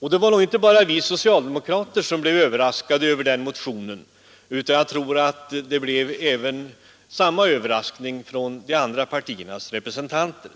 Och det var nog inte bara vi socialdemokrater som blev överraskade av den motionen, utan jag tror att den blev detsamma för de andra partiernas representanter.